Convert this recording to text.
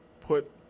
put